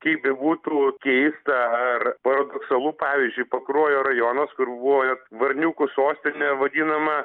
kaip bebūtų keista ar paradoksalu pavyzdžiui pakruojo rajonas kur buvo net varniukų sostine vadinama